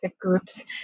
groups